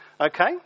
okay